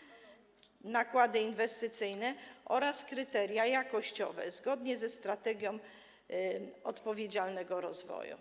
jeżeli chodzi o nakłady inwestycyjne, oraz kryteria jakościowe zgodnie ze strategią odpowiedzialnego rozwoju.